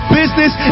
business